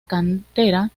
cantera